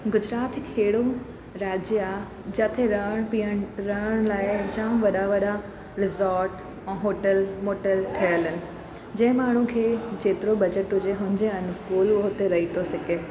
गुजरात हिकु अहिड़ो राज्य आहे जिते रहणु पीअणु रहण लाइ जाम वॾा वॾा रिसोर्ट ऐं होटल मोटल ठहियलु आहिनि जंहिं माण्हू खे जेतिरो बजट हुजे हुनजे अनुकुल उहो हुते रही तो सघे